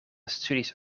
studies